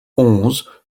onze